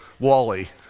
Wally